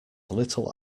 little